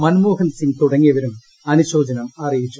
മൻമോഹൻ സിംഗ് തുടങ്ങിയവരും അനുശോചനം അറിയിച്ചു